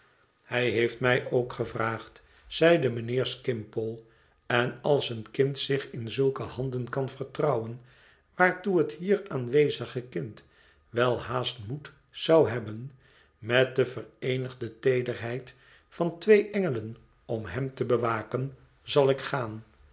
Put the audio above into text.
hij heeft mij ook gevraagd zeide mijnheer skimpole en als een kind zich in zulke handen kan vertrouwen waartoe het hier aanwezige kind wel haast moed zou hebben met de vereenigde teederheid van twee engelen om hem te bewaken zal ik gaan